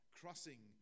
crossing